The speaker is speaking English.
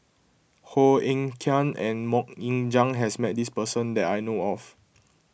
Koh Eng Kian and Mok Ying Jang has met this person that I know of